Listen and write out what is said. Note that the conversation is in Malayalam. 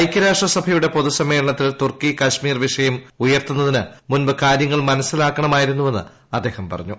ഐക്യരാഷ്ട്ര സഭയുടെ പൊതുസമ്മേളനത്തിൽ തുർക്കി കശ്മീർ വിഷയ്ടം ഉയർത്തുന്നതിന് മുൻപ് കാര്യങ്ങൾ മനസ്സിലാക്കണമായിരുന്നുവെന്ന് അദ്ദേഹം പറഞ്ഞു